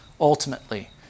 ultimately